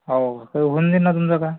हाव काही होऊन जाईन ना तुमचं काम